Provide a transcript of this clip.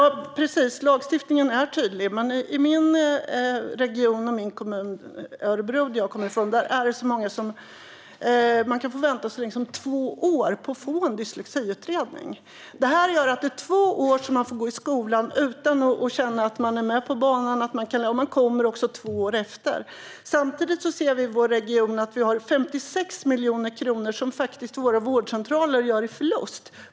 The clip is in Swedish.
Herr talman! Ja, precis, lagstiftningen är tydlig. Men i min region och min kommun, Örebro som jag kommer från, kan man få vänta så länge som två år på att få en dyslexiutredning. Det gör att det är två år som man får gå i skolan utan att känna att man är med på banan; man kommer två år efter. Samtidigt är det i vår region 56 miljoner kronor som våra vårdcentraler gör i förlust.